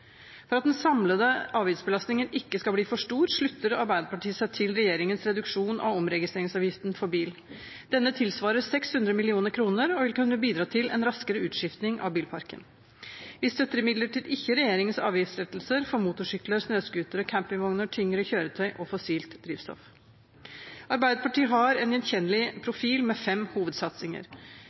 For at den samlede avgiftsbelastningen ikke skal bli for stor, slutter Arbeiderpartiet seg til regjeringens reduksjon av omregistreringsavgiften for bil. Denne tilsvarer 600 mill. kr og vil kunne bidra til en raskere utskiftning av bilparken. Vi støtter imidlertid ikke regjeringens avgiftslettelser for motorsykler, snøscootere, campingvogner, tyngre kjøretøy og fossilt drivstoff. Arbeiderpartiet har en gjenkjennelig profil med fem hovedsatsinger.